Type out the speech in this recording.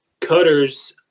cutters